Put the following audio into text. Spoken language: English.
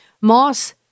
Moss